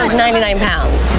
ninety nine pounds.